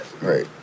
Right